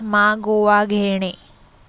मागोवा घेणे